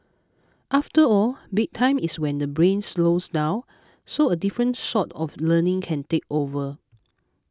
after all bedtime is when the brain slows down so a different sort of learning can take over